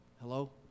Hello